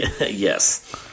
Yes